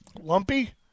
Lumpy